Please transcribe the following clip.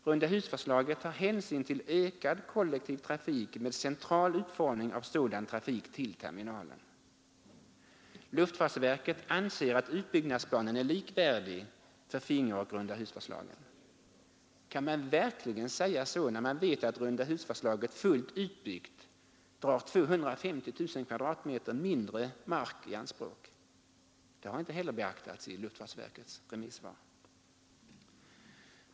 Rundahusförslaget tar hänsyn till ökad kollektiv trafik med central utformning av sådan trafik till terminalen. Luftfartsverket anser att utbyggnadsplanen är likvärdig för fingeroch rundahusförslagen. Kan man verkligen säga så när man vet att rundahusförslaget fullt utbyggt drar 250 000 kvadratmeter mindre mark i anspråk? Detta har inte heller beaktats i luftfartsverkets remissvar.